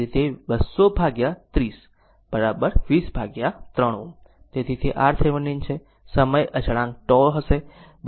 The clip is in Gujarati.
તેથી તે RThevenin છે સમય અચળાંક τ હશે c R Thevenin